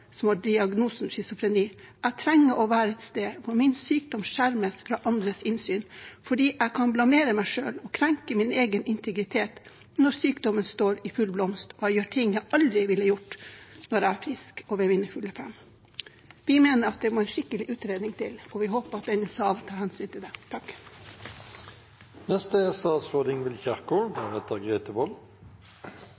som har diagnosen schizofreni: Jeg trenger å være et sted hvor min sykdom skjermes fra andres innsyn, fordi jeg kan blamere meg selv og krenke min egen integritet når sykdommen står i full blomst og jeg gjør ting jeg aldri ville gjort når jeg er frisk og ved mine fulle fem. Vi mener det må en skikkelig utredning til, og vi håper at denne salen tar hensyn til det.